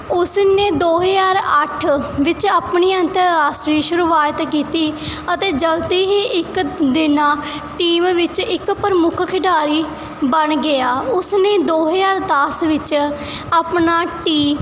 ਉਸ ਨੇ ਦੋ ਹਜ਼ਾਰ ਅੱਠ ਵਿੱਚ ਆਪਣੀ ਅੰਤਰਰਾਸ਼ਟਰੀ ਸ਼ੁਰੂਆਤ ਕੀਤੀ ਅਤੇ ਜਲਦੀ ਹੀ ਇੱਕ ਦਿਨਾਂ ਟੀਮ ਵਿੱਚ ਇੱਕ ਪ੍ਰਮੁੱਖ ਖਿਡਾਰੀ ਬਣ ਗਿਆ ਉਸ ਨੇ ਦੋ ਹਜ਼ਾਰ ਦਸ ਵਿੱਚ ਆਪਣਾ ਟੀ